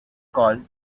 called